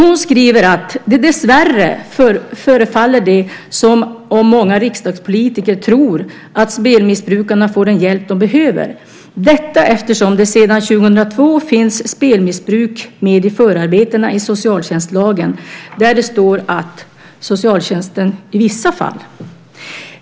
Hon skriver att det dessvärre förefaller som om många riksdagspolitiker tror att spelmissbrukarna får den hjälp de behöver - detta eftersom det sedan 2002 finns spelmissbruk med i förarbetena i socialtjänstlagen där det står att "socialtjänsten i vissa fall .".